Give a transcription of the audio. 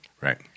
Right